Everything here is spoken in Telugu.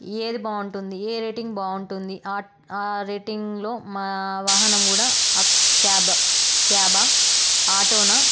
ఏది బాగుంటుంది ఏ రేటింగ్ బాగుంటుంది ఆ రేటింగ్లో మా వాహనం కూడా అక్ క్యాబ్ క్యాబ్ ఆటోనా